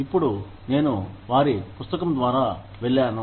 ఇప్పుడు నేను వారి పుస్తకం ద్వారా వెళ్లాను